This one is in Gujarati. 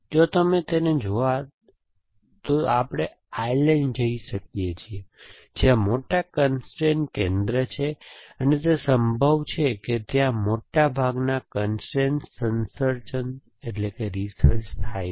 જો તમે તેને જોવા તો આપણે આયર્લેન્ડ જઈ શકીએ છીએ જ્યાં મોટા કન્સ્ટ્રેઇન કેન્દ્ર છે અને તે સંભવ છે કે ત્યાં મોટા ભાગ ના કન્સ્ટ્રેઇન સંસર્ચન થાય છે